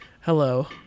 Hello